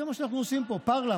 זה מה שאנחנו עושים פה Parler,